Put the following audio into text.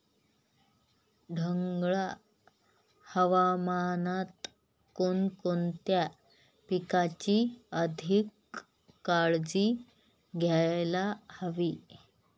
ढगाळ हवामानात कोणकोणत्या पिकांची अधिक काळजी घ्यायला हवी?